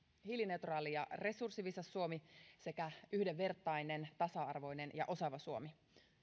hiilineutraali ja resurssiviisas suomi sekä yhdenvertainen tasa arvoinen ja osaava suomi